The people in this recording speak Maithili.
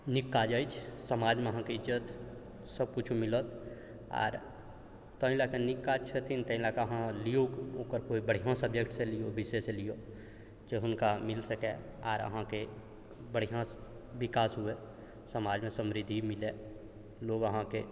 नीक काज अछि समाजमे अहाँके इज्जत सबकिछु मिलत आओर ताहि लऽ कऽ नीक काज छथिन ताहि लऽ कऽ अहाँ लिऔ ओकर कोइ बढ़िआँ सब्जेक्टसँ लिऔ विषयसँ लिऔ जे हुनका मिल सकै आओर अहाँके बढ़िआँसँ विकास हुअए समाजमे समृद्धि मिलै लोक अहाँके